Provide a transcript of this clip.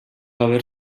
haver